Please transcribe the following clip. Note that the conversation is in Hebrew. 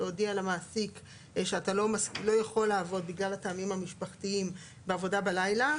להודיע למעסיק שאתה לא יכול לעבוד בגלל הטעמים המשפחתיים בעבודה בלילה,